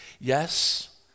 Yes